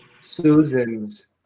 Susan's